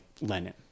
Lenin